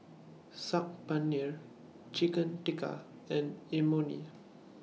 Saag Paneer Chicken Tikka and Imoni